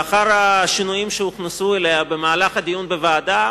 לאחר השינויים שהוכנסו בה במהלך הדיון בוועדה,